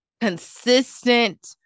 consistent